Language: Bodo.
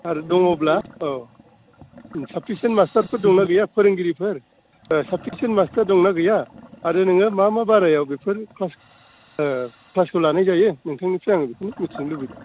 आरो दङब्ला औ साफिसियान मास्थारफोर दंना गैया फोरोंगिरिफोर साफिसियान मास्टारफोर दंना गैया आरो नोङो मा मा बारायाव बेफोर क्लास क्लासखौ लानाय जायो नोंथांनिफ्राय आङो बेखौ मोनथिनो लुबैयो